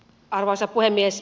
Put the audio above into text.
arvoisa puhemies